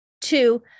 Two